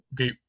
okay